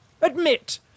Admit